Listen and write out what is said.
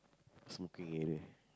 smoking area